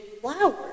flowers